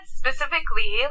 specifically